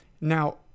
Now